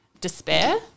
despair